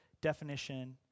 definition